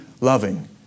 loving